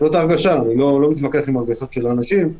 זאת ההרגשה ואני לא מתווכח עם רגשות של אנשים.